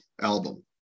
album